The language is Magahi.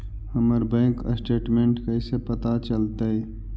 हमर बैंक स्टेटमेंट कैसे पता चलतै?